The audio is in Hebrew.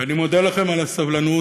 ואני מודה לכם על הסבלנות.